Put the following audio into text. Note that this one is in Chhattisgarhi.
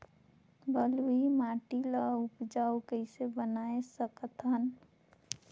बलुही माटी ल उपजाऊ कइसे बनाय सकत हन?